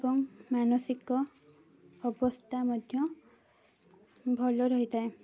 ଏବଂ ମାନସିକ ଅବସ୍ଥା ମଧ୍ୟ ଭଲ ରହିଥାଏ